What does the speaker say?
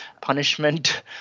punishment